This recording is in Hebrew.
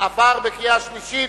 עבר בקריאה שלישית,